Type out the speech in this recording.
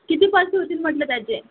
किती पैसे होतील म्हटलं त्याचे